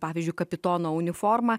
pavyzdžiui kapitono uniformą